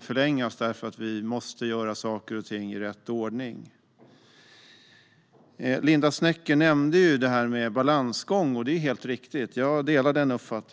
förlängas därför att vi måste göra saker och ting i rätt ordning. Linda Snecker nämnde det här med balansgång, och det är helt riktigt. Jag delar den uppfattningen.